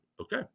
okay